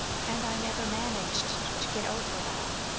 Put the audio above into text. and i never managed to get over it all.